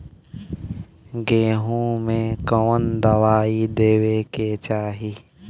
गेहूँ मे कवन दवाई देवे के चाही?